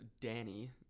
Danny